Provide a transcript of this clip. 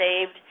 saved